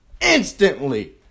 Instantly